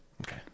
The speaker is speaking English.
okay